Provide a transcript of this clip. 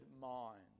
mind